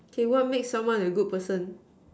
okay what make someone a good person